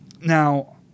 Now